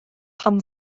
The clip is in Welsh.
pam